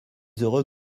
heureux